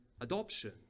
adoption